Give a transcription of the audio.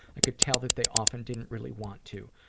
i could tell that they often didn't really want to.